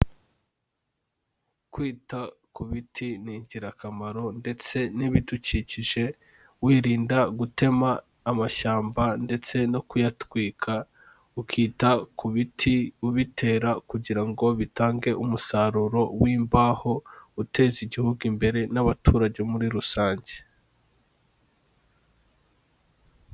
Kwita ku biti ni ingirakamaro ndetse n'ibidukikije wirinda gutema amashyamba ndetse no kuyatwika, ukita ku biti ubitera kugira ngo bitange umusaruro w'imbaho uteza Igihugu imbere n'abaturage muri rusange.